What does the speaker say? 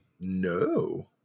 no